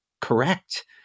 correct